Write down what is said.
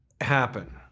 happen